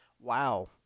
wow